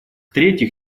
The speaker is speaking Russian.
третьих